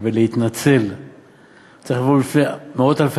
הוא צריך לבוא ולהתנצל בפני מאות אלפי